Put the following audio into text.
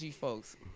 folks